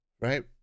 right